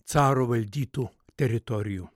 caro valdytų teritorijų